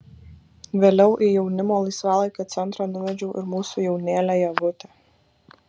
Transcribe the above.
vėliau į jaunimo laisvalaikio centrą nuvedžiau ir mūsų jaunėlę ievutę